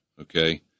okay